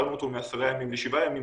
שקיצרנו אותו מעשרה ימים לשבעה ימים,